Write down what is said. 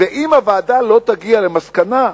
ואם הוועדה לא תגיע למסקנה,